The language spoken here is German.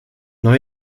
neu